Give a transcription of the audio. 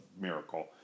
miracle